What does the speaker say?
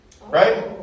Right